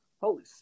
holy